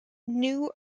new